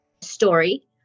story